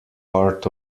part